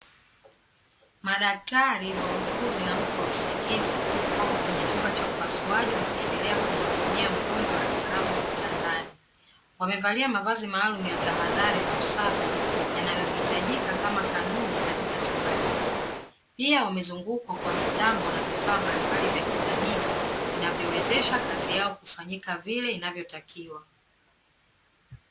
Madaktari, wauguzi na mtu wa usingizi wako kwenye chumba cha upasuaji wakiendelea kumhudumia mgonjwa aliyelazwa kitandani. Wamevalia mavazi maalumu ya tahadhari na usafi yanayohitajika kama kanuni katika chumba hiki. Pia wamezungukwa kwa mitambo na vifaa mbalimbali vya kitabibu vinavyowezesha kazi yao kufanyika vile inavyotakiwa.